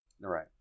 right